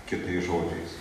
kitais žodžiais